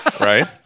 right